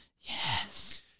Yes